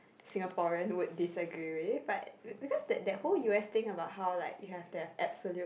Singaporean would desegregate but because that that whole u_s think about how like you have their absolute